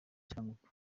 cyangugu